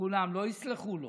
כולם לא יסלחו לו